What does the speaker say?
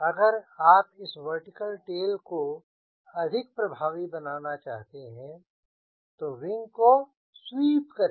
अगर आप इस वर्टिकल टेल को अधिक प्रभावी बनाना चाहते हैं तो विंग को स्वीप करें